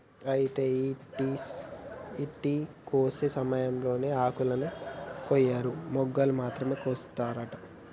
అయితే టీ కోసే సమయంలో ఆకులను కొయ్యరు మొగ్గలు మాత్రమే కోస్తారట